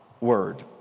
word